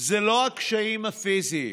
זה לא הקשיים הפיזיים,